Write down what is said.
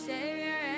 Savior